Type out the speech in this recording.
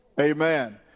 Amen